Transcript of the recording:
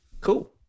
Cool